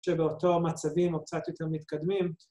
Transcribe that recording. שבאותו המצבים או קצת יותר מתקדמים.